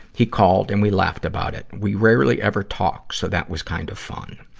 he called and we laughed about it. we rarely ever talk, so that was kind of fun.